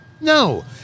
No